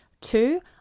two